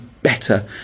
better